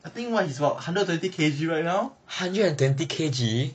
I think what he's about hundred twenty K_G right now